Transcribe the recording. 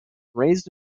raised